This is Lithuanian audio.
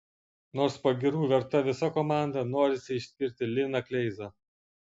nors pagyrų verta visa komanda norisi išskirti liną kleizą